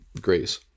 grace